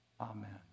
amen